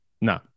No